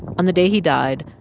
on the day he died,